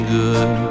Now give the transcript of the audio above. good